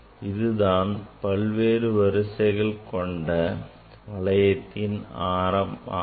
இதுதான் பல்வேறு வரிசைகளை கொண்ட வளையத்தின் ஆரம் ஆகும்